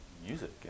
music